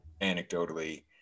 anecdotally